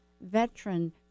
veteran